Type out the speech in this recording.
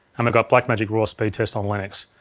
um got blackmagic raw speed test on linux.